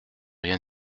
rien